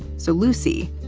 so, lucy,